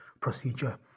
procedure